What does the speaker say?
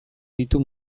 ditu